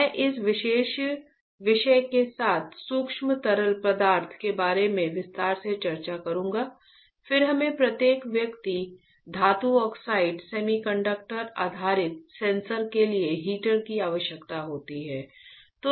मैं इस विशेष विषय के साथ सूक्ष्म तरल पदार्थ के बारे में विस्तार से चर्चा करूंगा फिर हमें प्रत्येक व्यक्ति धातु ऑक्साइड सेमीकंडक्टर आधारित सेंसर के लिए हीटर की आवश्यकता होती है